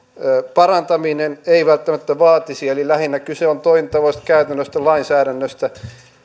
parantaminen ei välttämättä vaatisi eli lähinnä kyse on toimintatavoista käytännöistä lainsäädännöstä